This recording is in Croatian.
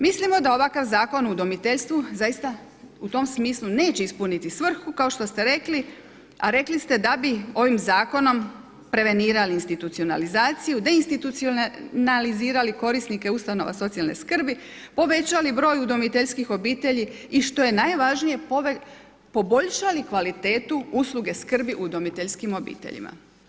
Mislimo da ovakav zakon o udomiteljstvu zaista u tom smislu neće ispuniti svrhu kao što ste rekli, a rekli ste da bi ovim zakonom prevenirali institucionalizaciju, deinstitucionalizirali korisnike ustanova socijalne skrbi, povećali broj udomiteljskih obitelji i što je najvažnije poboljšali kvalitetu usluge skrbi udomiteljskim obiteljima.